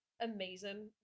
amazing